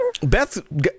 Beth